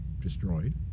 destroyed